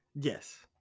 Yes